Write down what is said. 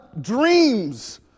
dreams